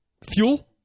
fuel